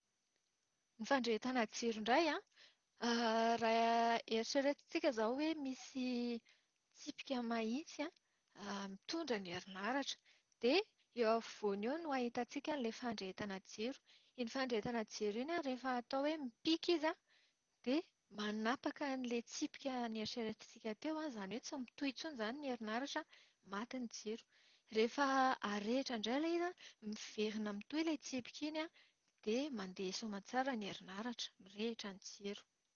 Ny fandrehetana jiro indray an, raha eritreretintsika izao hoe misy tsipika mahitsy an mitondra ny herinaratra. Dia eo afovoany eo no ahitantsika ilay fandrehetana jiro. Iny fandrehetana jiro iny an rehefa atao hoe mipika izy an, dia manapaka an'ilay tsipika noeritreretintsika teo an, izany hoe tsy mitohy intsony izany ny herinaratra. Maty ny jiro. Rehefa arehitra indray ilay izy an, miverina mitohy ilay tsipika iny an, dia mandeha soa aman-tsara ny herinaratra. Mirehitra ny jiro.